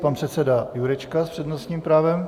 Pan předseda Jurečka s přednostním právem.